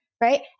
right